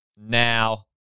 now